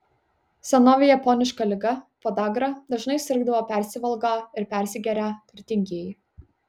senovėje poniška liga podagra dažnai sirgdavo persivalgą ir persigerią turtingieji